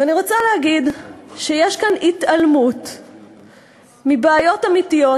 אני רוצה להגיד שיש כאן התעלמות מבעיות אמיתיות,